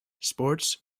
sports